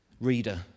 reader